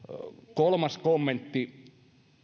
kolmas kommentti